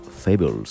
Fables